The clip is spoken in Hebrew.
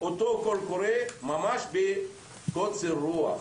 את אותו קול קורא בקוצר רוח.